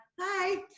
hi